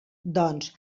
doncs